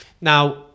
Now